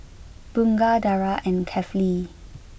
Bunga Dara and Kefli